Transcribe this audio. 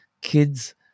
kids